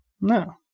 No